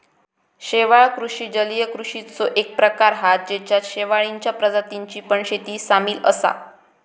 शेवाळ कृषि जलीय कृषिचो एक प्रकार हा जेच्यात शेवाळींच्या प्रजातींची पण शेती सामील असा